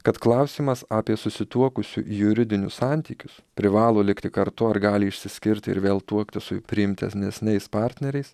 kad klausimas apie susituokusių juridinius santykius privalo likti kartu ar gali išsiskirti ir vėl tuoktis su priimtinesniais partneriais